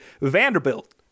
Vanderbilt